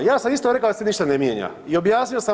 Ja sam isto rekao da se ništa ne mijenja i objasnio sam.